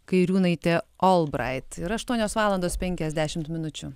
kairiūnaitė olbrait yra aštuonios valandos penkiasdešimt minučių